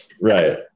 Right